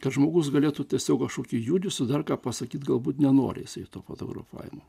kad žmogus galėtų tiesiog kažkokį judesį dar ką pasakyt galbūt nenori jis to fotografavimo